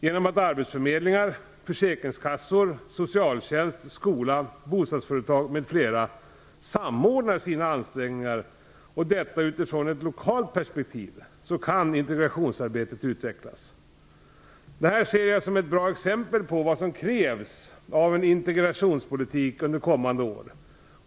Genom att arbetsförmedlingar, försäkringskassor, socialtjänst, skola, bostadsföretag m.fl. samordnar sina ansträngningar, och detta utifrån ett lokalt perspektiv, kan integrationsarbetet utvecklas. Detta ser jag som ett bra exempel på vad som krävs av en integrationspolitik under kommande år.